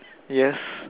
yes